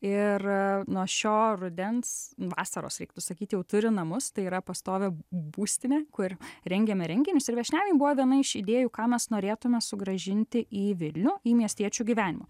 ir nuo šio rudens vasaros reiktų sakyt jau turi namus tai yra pastovi būstinė kur rengiame renginius ir viešniavimai buvo viena iš idėjų ką mes norėtume sugrąžinti į vilnių į miestiečių gyvenimą